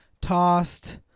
tossed